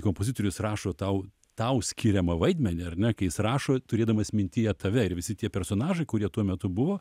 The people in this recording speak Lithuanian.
kompozitorius rašo tau tau skiriamą vaidmenį ar ne kai jis rašo turėdamas mintyje tave ir visi tie personažai kurie tuo metu buvo